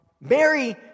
Mary